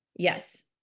Yes